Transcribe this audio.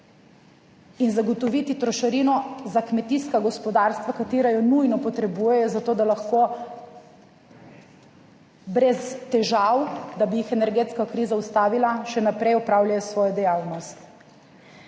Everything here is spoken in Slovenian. in zagotoviti trošarino za kmetijska gospodarstva katera jo nujno potrebujejo za to, da lahko brez težav, da bi jih energetska kriza ustavila, še naprej opravljajo svojo dejavnost.